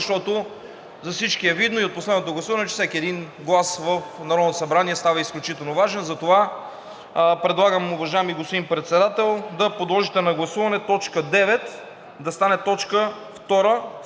за всички е видно и от последното гласуване, че всеки един глас в Народното събрание става изключително важен. Уважаеми господин Председател, затова предлагам да подложите на гласуване точка 9 да стане точка 2 след